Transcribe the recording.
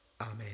Amen